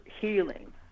healing